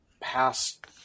past